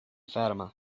fatima